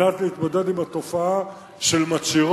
על מנת להתמודד עם התופעה של מצהירות